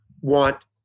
want